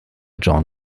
john